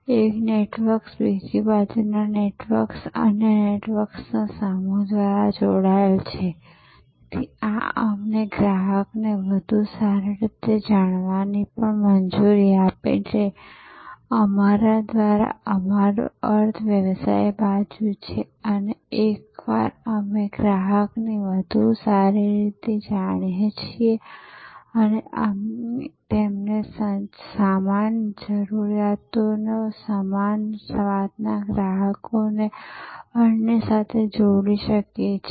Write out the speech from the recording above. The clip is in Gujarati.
એક નેટવર્ક્સ બીજી બાજુના નેટવર્ક્સ અન્ય નેટવર્કના સમૂહ દ્વારા જોડાયેલા છે તેથી આ અમને ગ્રાહકને વધુ સારી રીતે જાણવાની પણ મંજૂરી આપે છે અમારા દ્વારા અમારો અર્થ વ્યવસાય બાજુ છે અને એકવાર અમે ગ્રાહકની વધુ સારી રીતે જાણીએ છીએ અમે તેમને સમાન જરૂરિયાતોના સમાન સ્વાદના ગ્રાહકોને અન્ય સાથે જોડી શકીએ છીએ